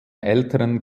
älteren